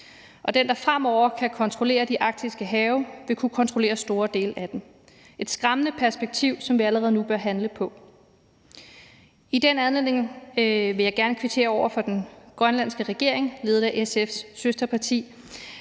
den, der fremover kan kontrollere de arktiske have, vil kunne kontrollere store dele af den. Det er et skræmmende perspektiv, som vi allerede nu bør handle på. I den anledning vil jeg gerne kvittere over for den grønlandske regering ledet af SF's søsterparti,